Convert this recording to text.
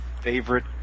favorite